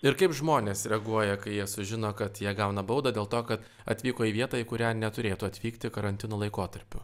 ir kaip žmonės reaguoja kai jie sužino kad jie gauna baudą dėl to kad atvyko į vietą į kurią neturėtų atvykti karantino laikotarpiu